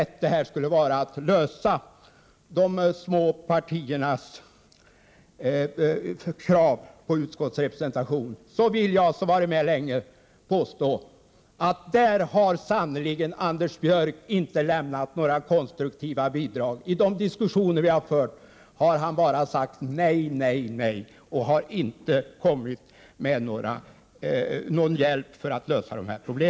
1988/89:5 att tillmötesgå de små partiernas krav på utskottsrepresentation, vill jag som 6 oktober 1988 har varit med länge påstå att Anders Björck sannerligen inte har lämnat några konstruktiva bidrag i den frågan. Under de diskussioner vi har fört har FREE Pre han bara sagt: Nej, nej, nej. Han har inte kommit med någon hjälp för att tioniriksdagensutlösa dessa problem.